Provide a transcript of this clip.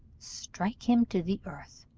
strike him to the earth,